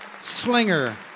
Slinger